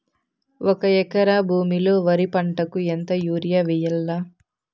ఒక ఎకరా భూమిలో వరి పంటకు ఎంత యూరియ వేయల్లా?